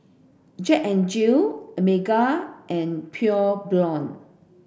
Jack N Jill Megan and Pure Blonde